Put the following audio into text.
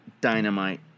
dynamite